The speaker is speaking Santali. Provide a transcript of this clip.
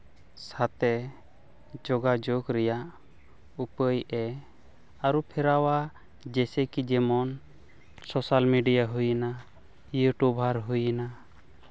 ᱥᱟᱛᱮ ᱡᱳᱜᱟᱡᱳᱜᱽ ᱨᱮᱭᱟᱜ ᱩᱯᱟᱹᱭ ᱮ ᱟᱹᱨᱩ ᱯᱷᱮᱨᱟᱣᱟ ᱡᱮᱭᱥᱮ ᱠᱤ ᱡᱮᱢᱚᱱ ᱥᱳᱥᱟᱞ ᱢᱤᱰᱤᱭᱟ ᱦᱩᱭᱮᱱᱟ ᱤᱭᱩᱴᱩᱵᱟᱨ ᱦᱩᱭᱮᱱᱟ